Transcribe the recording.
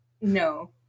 No